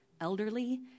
elderly